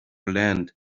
land